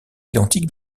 identique